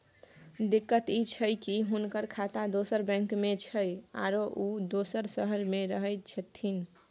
दिक्कत इ छै की हुनकर खाता दोसर बैंक में छै, आरो उ दोसर शहर में रहें छथिन